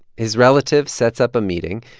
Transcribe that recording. his relative sets up a meeting.